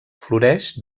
floreix